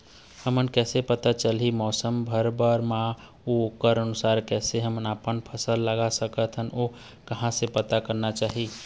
हमन कैसे पता चलही मौसम के भरे बर मा अउ ओकर अनुसार कैसे हम आपमन फसल लगा सकही अउ कहां से पता करना चाही?